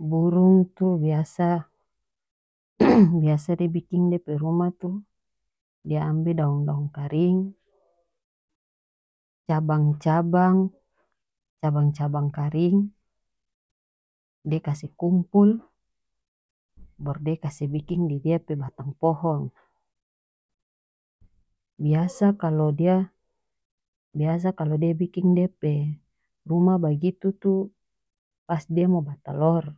Burung tu biasa biasa dia biking dia pe rumah tu dia ambe daun daun karing cabang cabang-cabang cabang karing dia kase kumpul baru dia kase biking di dia pe batang pohong biasa kalo dia biasa kalo dia biking dia pe rumah bagitu tu pas dia mau batolor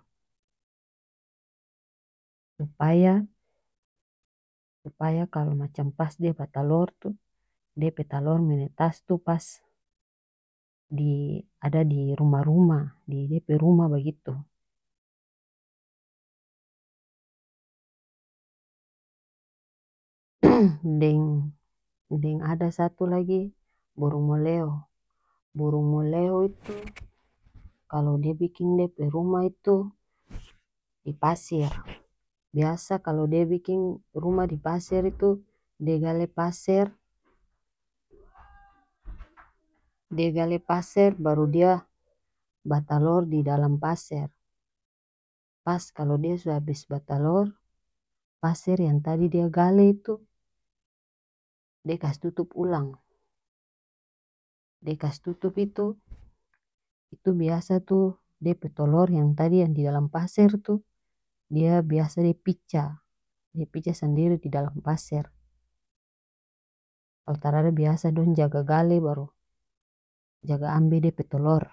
supaya-supaya kalo macam pas dia batolor tu dia pe talor menetas tu pas di ada di rumah rumah di dia pe rumah bagitu deng-deng ada satu lagi burung meleo burung meleo itu kalo dia biking dia pe rumah itu di pasir biasa kalo dia biking rumah di pasir itu dia gale paser dia gale paser baru dia batalor didalam paser pas kalo dia so abis batalor paser yang tadi dia gale itu dia kase tutup ulang dia kase tutup itu itu biasa tu dia pe tolor yang tadi yang didalam paser tu dia biasa dia picah dia picah sandiri didalam paser kalo tarada biasa dong jaga gale baru jaga ambe dia pe tolor.